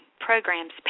programs